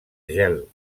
gel